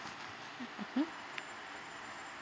mmhmm